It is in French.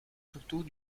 surtout